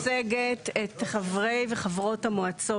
אני מייצגת את חברי וחברות המועצות,